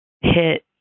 hit